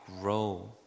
grow